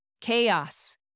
chaos